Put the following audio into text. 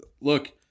look